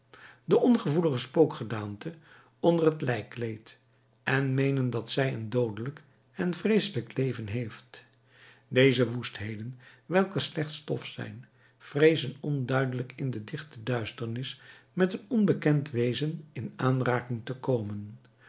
de ongevoelige spookgedaante onder het lijkkleed en meenen dat zij een doodelijk en vreeselijk leven heeft deze woestheden welke slechts stof zijn vreezen onduidelijk in de dichte duisternis met een onbekend wezen in aanraking te komen